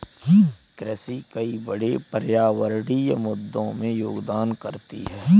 कृषि कई बड़े पर्यावरणीय मुद्दों में योगदान करती है